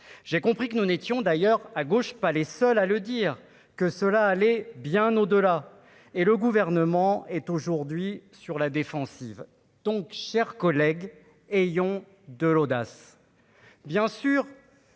j'ai compris que nous n'étions d'ailleurs à gauche, pas les seuls à le dire, que cela allait bien au-delà et le gouvernement est aujourd'hui sur la défensive, donc chers collègues, ayons de l'audace, bien sûr,